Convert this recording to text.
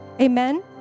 Amen